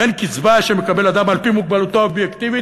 בין קצבה שמקבל אדם על-פי מוגבלותו האובייקטיבית,